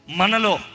manalo